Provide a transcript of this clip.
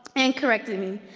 and corrected me.